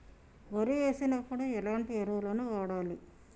వరి వేసినప్పుడు ఎలాంటి ఎరువులను వాడాలి?